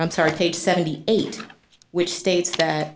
i'm sorry page seventy eight which states that